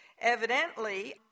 Evidently